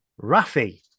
Rafi